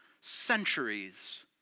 centuries